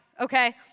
okay